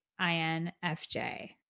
INFJ